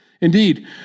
Indeed